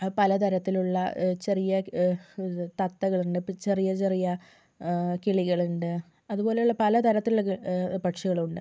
പലതരത്തിലുള്ള ചെറിയ തത്തകളുണ്ട് ഇപ്പം ചെറിയ ചെറിയ കിളികളുണ്ട് അതുപോലെയുള്ള പല തരത്തിലുള്ള കി പക്ഷികളുണ്ട്